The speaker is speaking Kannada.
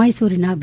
ಮೈಸೂರಿನ ವಿ